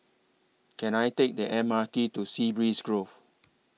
Can I Take The M R T to Sea Breeze Grove